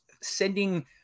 sending